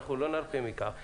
אנחנו לא נרפה מכך.